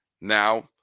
now